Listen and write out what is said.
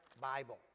Bible